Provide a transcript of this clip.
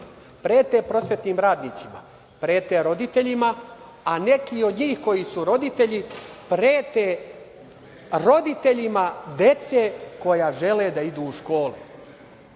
prete prosvetnim radnicima, prete roditeljima, a neki od njih koji su roditelji prete roditeljima dece koja žele da idu u školu. Pored